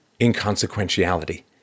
inconsequentiality